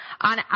on